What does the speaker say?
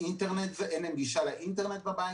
אינטרנט ואין גישה לאינטרנט בבית.